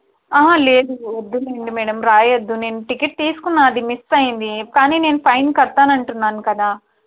లేదు వద్దు మేడమ్ రాయవద్దు నేను టిక్కెట్ తీసుకున్నాను అది మిస్ అయ్యింది కానీ నేను ఫైన్ కడతాను అంటున్నాను కదా